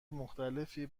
مختلفی